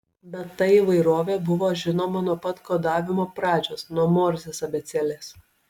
bet ta įvairovė buvo žinoma nuo pat kodavimo pradžios nuo morzės abėcėlės